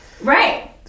Right